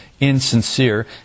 insincere